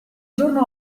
giorno